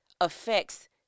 affects